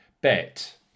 bet